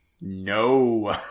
No